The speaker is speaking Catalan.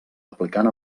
aplicant